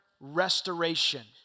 restoration